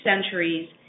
centuries